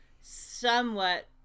somewhat